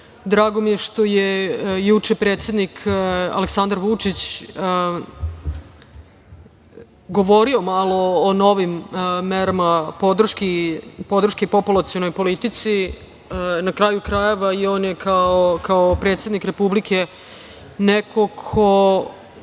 mi je što je juče predsednik Aleksandar Vučić govorio malo o novim merama podrške populacionoj politici. Na kraju krajeva i on je kao predsednik republike neko ko